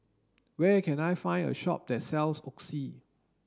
where can I find a shop that sells Oxy